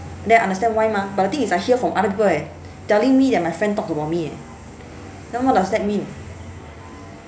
then I understand why mah but thing is I hear from other people eh telling me that my friend talk about me eh then what does that mean